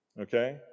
Okay